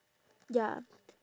ya